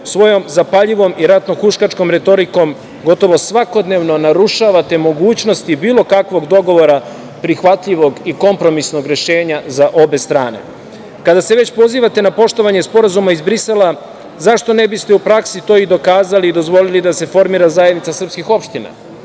svojom zapaljivom i ratno huškačkom retorikom, gotovo svakodnevno narušavate mogućnosti bilo kakvog dogovora prihvatljivog i kompromisnog rešenja za obe strane. Kada se već pozivate na poštovanje Sporazuma iz Brisela, zašto ne biste u praksi to i dokazali, dozvolili da se formira Zajednica srpskih opština